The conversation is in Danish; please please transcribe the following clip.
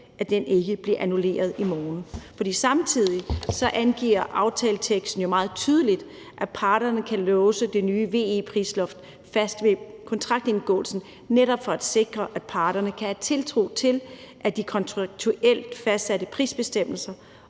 i dag, ikke bliver annulleret i morgen. For samtidig angiver aftaleteksten jo meget tydeligt, at parterne kan låse det nye VE-prisloft fast ved kontraktindgåelsen for netop at sikre, at parterne kan have tiltro til de kontraktuelt fastsatte prisbestemmelser,